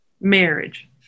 marriage